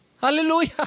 Hallelujah